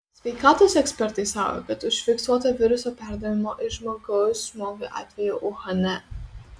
sveikatos ekspertai sako kad užfiksuota viruso perdavimo iš žmogaus žmogui atvejų uhane